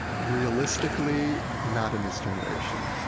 realistically, not in this generation.